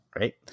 right